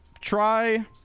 try